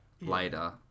later